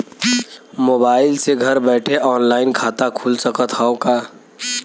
Mobile से घर बैठे ऑनलाइन खाता खुल सकत हव का?